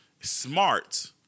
smart